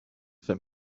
that